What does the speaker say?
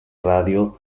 radio